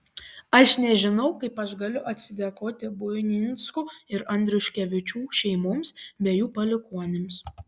aš nežinau kaip aš galiu atsidėkoti buinickų ir andriuškevičių šeimoms bei jų palikuonims